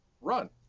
run